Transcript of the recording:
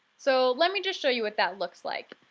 so let me just show you what that looks like.